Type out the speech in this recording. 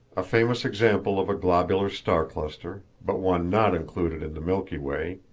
a famous example of a globular star-cluster, but one not included in the milky way,